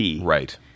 Right